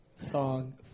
song